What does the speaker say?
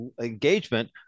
engagement